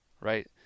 Right